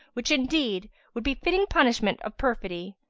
which, indeed, would be fitting punishment of perfidy.